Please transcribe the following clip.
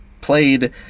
played